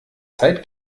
zeit